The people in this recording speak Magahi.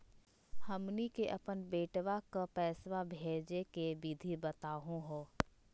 हमनी के अपन बेटवा क पैसवा भेजै के विधि बताहु हो?